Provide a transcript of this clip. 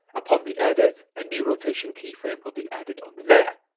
upon the edit, a new rotation keyframe will be added on the layer.